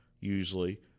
usually